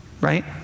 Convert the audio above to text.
Right